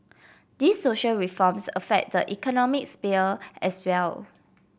these social reforms affect the economic sphere as well